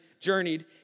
journeyed